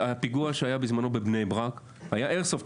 הפיגוע שהיה בזמנו בבני ברק היה ב"אייר סופט",